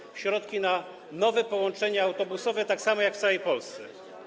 Chodzi o środki na nowe połączenia autobusowe, tak samo, jak w całej Polsce.